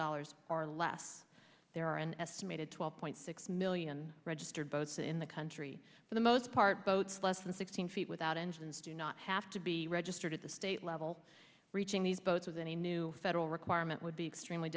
dollars or less there are an estimated twelve point six million registered boats in the country for the most part boats less than sixteen feet without engines do not have to be registered at the state level reaching these boats with any new federal requirement would be extremely